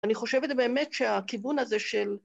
אני חושבת באמת שהכיוון הזה של...